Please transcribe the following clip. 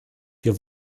wir